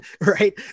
right